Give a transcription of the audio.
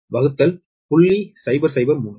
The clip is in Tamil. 5Ω க்கு சமம்